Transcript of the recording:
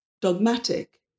dogmatic